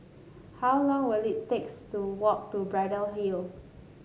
how long will it takes to walk to Braddell Hill